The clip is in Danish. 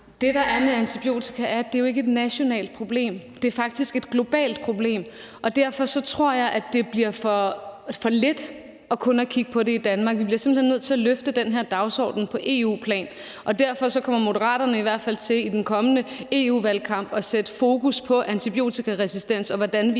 Det, der er med antibiotika, er, at det jo ikke er et nationalt problem. Det er faktisk et globalt problem, og derfor tror jeg, at det bliver for lidt kun at kigge på det i Danmark. Vi bliver simpelt hen nødt til at løfte den her dagsorden på EU-plan. Derfor kommer Moderaterne i hvert fald til i den kommende EU-valgkamp at sætte fokus på antibiotikaresistens, og hvordan vi